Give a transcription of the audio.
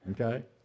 Okay